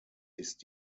ist